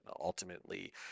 ultimately